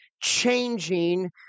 changing